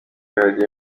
radio